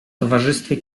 towarzystwie